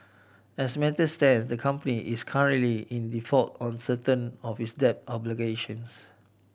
as matters stand the company is currently in default on certain of its debt obligations